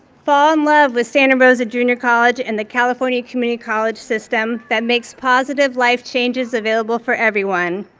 fall in love with santa rosa junior college and the california community college system that makes positive life changes available for everyone.